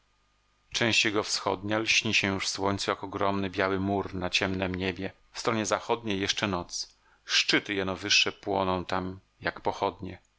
część jego wschodnia lśni się już w słońcu jak ogromny biały mur na ciemnem niebie w stronie zachodniej jeszcze noc szczyty jeno wyższe płoną tam jak pochodnie